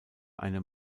einem